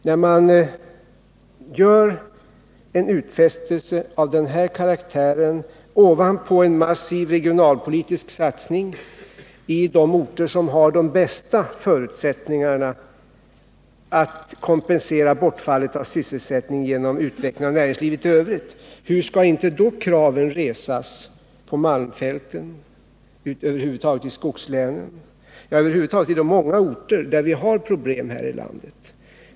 När man gör en utfästelse av den här karaktären ovanpå en massiv regionalpolitisk satsning i de orter som har de bästa förutsättningarna att kompensera bortfallet av sysselsättning genom utveckling av näringslivet i övrigt, hur skall inte då kraven resas på malmfälten, i skogslänen och över huvud taget i de många orter här i landet där vi har problem!